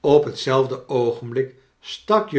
op hetzelfde oogenblik stak